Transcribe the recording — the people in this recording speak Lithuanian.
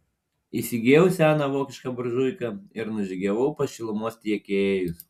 įsigijau seną vokišką buržuiką ir nužygiavau pas šilumos tiekėjus